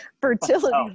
fertility